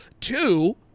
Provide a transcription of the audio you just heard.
two